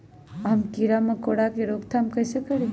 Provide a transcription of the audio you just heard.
हम किरा मकोरा के रोक थाम कईसे करी?